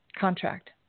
contract